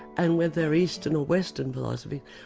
and, whether eastern or western philosophy,